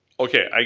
okay, i